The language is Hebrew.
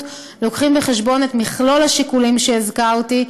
לוקחים בחשבון את מכלול השיקולים שהזכרתי,